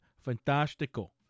fantastical